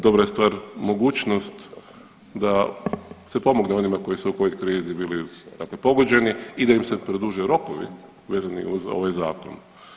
Dobra je stvar mogućnost da se pomogne onima koji su u ovoj krizi bili dakle pogođeni i da im se produže rokovi vezani uz ovaj Zakon.